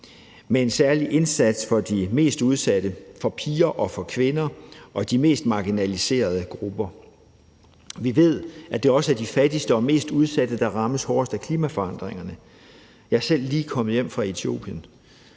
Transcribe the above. med en særlig indsats for de mest udsatte, for piger og for kvinder og for de mest marginaliserede grupper. Vi ved, at det også er de fattigste og mest udsatte, der rammes hårdest af klimaforandringerne. Jeg er selv lige kommet hjem fra Etiopien,